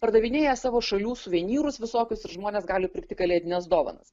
pardavinėja savo šalių suvenyrus visokius ir žmonės gali pirkti kalėdines dovanas